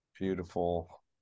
beautiful